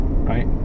Right